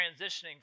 transitioning